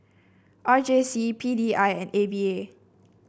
R J C P D I and A V A